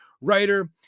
writer